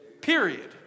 Period